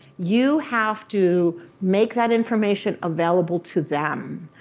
you have to make that information available to them.